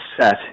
set